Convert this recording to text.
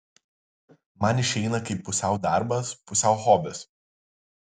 man išeina kaip pusiau darbas pusiau hobis